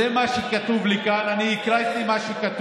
זה מה שכתוב לי כאן, אני קורא את מה שכתוב.